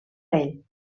ell